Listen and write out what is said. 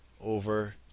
over